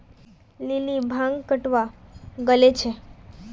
lily भांग कटावा गले छे